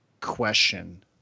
question